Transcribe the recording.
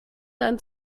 dann